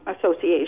Association